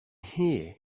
here